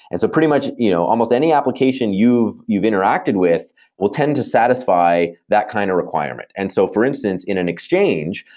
and so pretty much you know almost any application you've you've interacted with will tend to satisfy that kind of requirement. and so for instance, in an exchange,